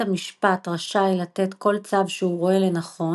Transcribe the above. בית המשפט רשאי לתת כל צו שהוא רואה לנכון,